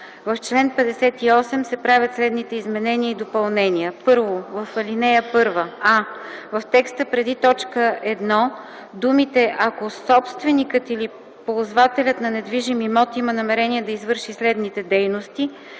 В чл. 58 се правят следните изменения и допълнения: 1. В ал. 1: а) в текста преди т. 1, думите „ако собственикът или ползвателят на недвижим имот има намерение да извърши следните дейности”